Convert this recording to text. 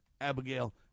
Abigail